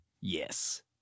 Yes